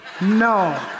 no